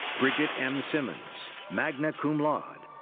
bridget m. simmons, magna cum laude.